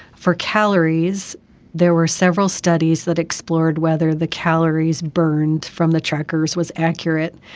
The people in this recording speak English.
for calories there were several studies that explored whether the calories burned from the trackers was accurate,